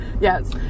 Yes